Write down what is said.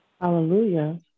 Hallelujah